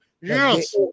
Yes